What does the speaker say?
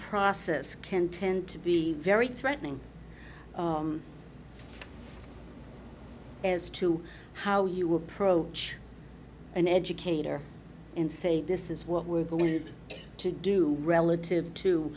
process can tend to be very threatening as to how you approach an educator and say this is what we're going to do relative to